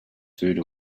food